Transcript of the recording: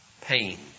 pain